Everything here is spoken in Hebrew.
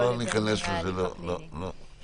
כרגע הדיון העיקרי הוא על (3).